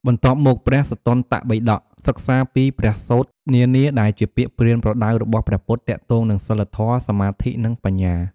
បន្ទាប់មក ព្រះសុត្តន្តបិដក សិក្សាពីព្រះសូត្រនានាដែលជាពាក្យប្រៀនប្រដៅរបស់ព្រះពុទ្ធទាក់ទងនឹងសីលធម៌ សមាធិ និងបញ្ញា។